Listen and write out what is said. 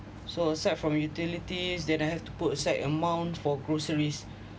so aside from utilities then I have to put aside amount for groceries